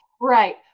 Right